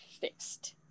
fixed